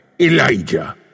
Elijah